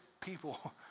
people